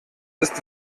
ist